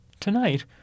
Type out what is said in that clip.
Tonight